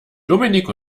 dominik